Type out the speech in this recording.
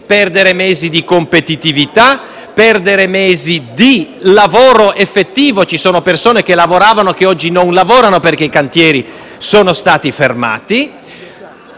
perdere mesi di competitività e di lavoro effettivo (ci sono persone che prima lavoravano e che oggi non lavorano perché i cantieri sono stati fermati),